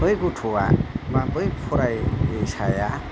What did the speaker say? बै गथ'आ बै फरायसाया